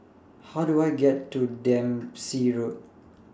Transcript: How Do I get to Dempsey Road